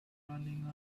running